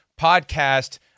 Podcast